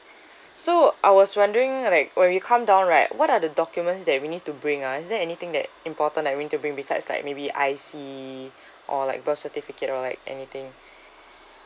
so I was wondering like when we come down right what are the documents that we need to bring ah is there anything that important like we need to bring besides like maybe I_C or like birth certificate or like anything